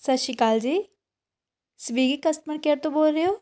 ਸਤਿ ਸ਼੍ਰੀ ਅਕਾਲ ਜੀ ਸਵਿਗੀ ਕਸਟਮਰ ਕੇਅਰ ਤੋਂ ਬੋਲ ਰਹੇ ਹੋ